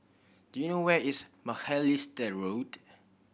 do you know where is Macalister Road